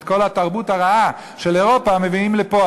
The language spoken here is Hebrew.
את כל התרבות הרעה של אירופה מביאים לפה,